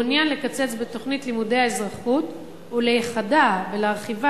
מעוניין לקצץ בתוכנית לימודי האזרחות ולייחדה ולהרחיבה